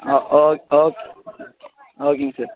ஆ ஓக் ஓக் ஓகேங்க சார்